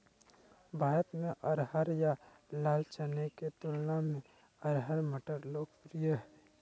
भारत में अरहर या लाल चने के तुलना में अरहर मटर लोकप्रिय हइ